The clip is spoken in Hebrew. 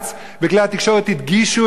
וכלי התקשורת הדגישו את זה,